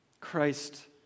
Christ